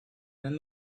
and